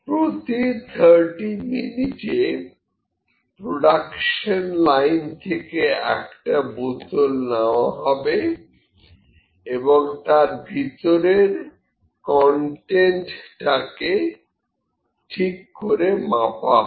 প্রতি 30 মিনিটে production line থেকে একটা বোতল নেওয়া হয় এবং তার ভিতরের কনটেন্ট টা কে ঠিক করে মাপা হয়